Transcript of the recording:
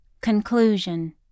CONCLUSION